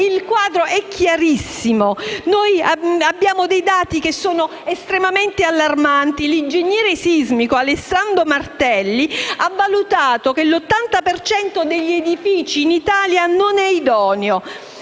il quadro è chiarissimo. Abbiamo dei dati estremamente allarmanti. L'ingegnere sismico Alessandro Martelli ha valutato che l'80 per cento degli edifici in Italia non è idoneo.